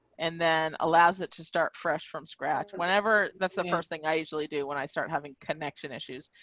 and then allows it to start fresh from scratch, whenever. that's the first thing. i usually do when i started having connection issues.